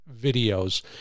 videos